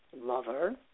lover